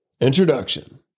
Introduction